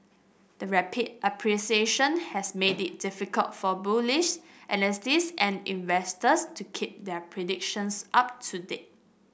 the rapid appreciation has made it difficult for bullish analysts and investors to keep their predictions up to date